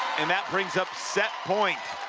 and that bringsup set point.